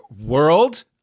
world